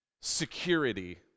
security